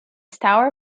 stour